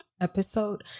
episode